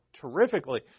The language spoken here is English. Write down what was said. terrifically